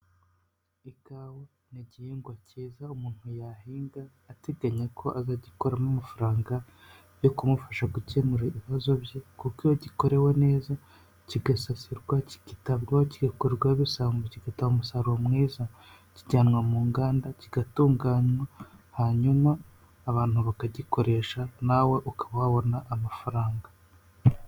Ikawa ni igihingwa kiza umuntu yahinga ateganya ko azagikuramo amafaranga yo kumufasha gukemura ibibazo bye kuko iyo gikorewe neza kigasasirwa kikitabwaho kigakurwa bisambo kigatanga umusaruro mwiza kijyanwa mu nganda kigatunganywa hanyuma abantu bakagikoresha nawe ukaba wabona amafaranga.